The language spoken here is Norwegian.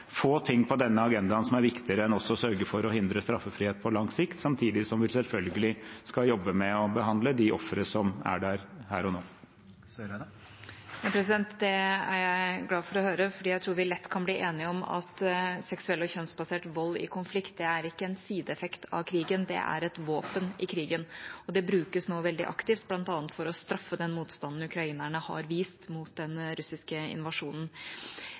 få ting på denne agendaen som er viktigere enn å sørge for å hindre straffrihet på lang sikt, samtidig som vi selvfølgelig skal jobbe med å behandle de ofre som er der, her og nå. Det er jeg glad for å høre, for jeg tror vi lett kan bli enige om at seksuell og kjønnsbasert vold i konflikt ikke er en sideeffekt av krigen – det er et våpen i krigen, og det brukes nå veldig aktivt, bl.a. for å straffe den motstanden ukrainerne har vist mot den russiske invasjonen.